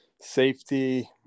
safety